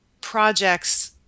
projects